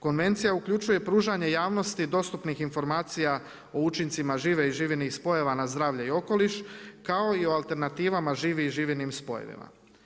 Konvencija uključuje pružanje javnosti dostupnih informacija o učincima žive i živih spojeva na zdravlje i okoliš kao i o alternativama žive i živim spojevima.